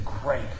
great